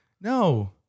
no